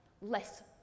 less